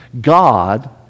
God